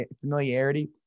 familiarity